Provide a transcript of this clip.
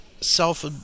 self